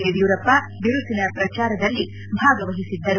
ಯಡಿಯೂರಪ್ಪ ಬಿರುಸಿನ ಪ್ರಚಾರದಲ್ಲಿ ಭಾಗವಹಿಸಿದ್ದರು